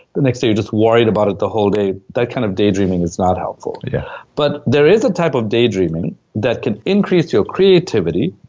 the next day you're just worried about it the whole day. that kind of daydreaming is not helpful yeah but there is a type of daydreaming that can increase your creativity.